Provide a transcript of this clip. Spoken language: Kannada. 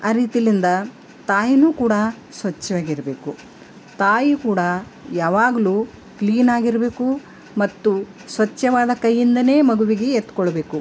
ಆ ರೀತಿಯಿಂದ ತಾಯಿಯೂ ಕೂಡ ಸ್ವಚ್ಛವಾಗಿರ್ಬೇಕು ತಾಯಿಯು ಕೂಡ ಯಾವಾಗಲೂ ಕ್ಲೀನಾಗಿರ್ಬೇಕು ಮತ್ತು ಸ್ವಚ್ಛವಾದ ಕೈಯಿಂದಲೇ ಮಗುವಿಗೆ ಎತ್ಕೊಳ್ಬೇಕು